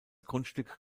grundstück